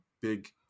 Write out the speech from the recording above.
big